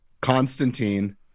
Constantine